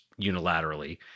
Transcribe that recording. unilaterally